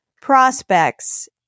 prospects